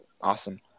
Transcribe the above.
Awesome